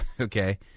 Okay